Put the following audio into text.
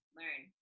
learn